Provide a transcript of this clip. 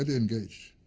but engaged,